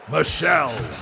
Michelle